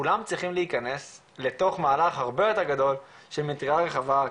כולם צריכים להיכנס לתוך מערך הרבה יותר גדול של מטריה רחבה,